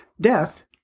death